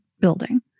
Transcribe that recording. building